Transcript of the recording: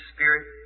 Spirit